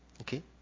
Okay